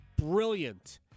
brilliant